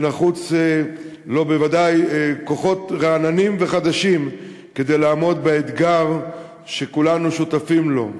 שנחוצים לו כוחות רעננים וחדשים כדי לעמוד באתגר שכולנו שותפים לו.